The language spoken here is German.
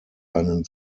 einen